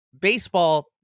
baseball